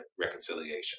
reconciliation